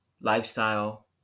Lifestyle